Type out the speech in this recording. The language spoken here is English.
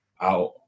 out